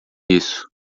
isso